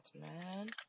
man